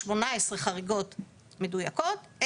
18 חריגות מדויקות,